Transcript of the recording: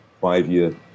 five-year